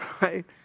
Right